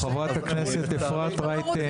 חברת הכנסת אפרת רייטן.